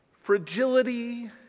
Fragility